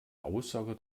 aussage